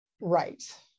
Right